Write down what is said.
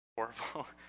Horrible